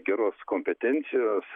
geros kompetencijos